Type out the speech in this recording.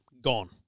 Gone